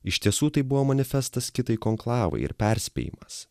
iš tiesų tai buvo manifestas kitai konklavai ir perspėjimas